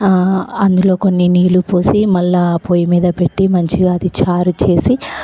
అందులో కొన్ని నీళ్ళు పోసి మళ్ళీ ఆ పోయి మీద పెట్టి మంచిగా అది చారు చేసి